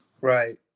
Right